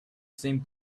same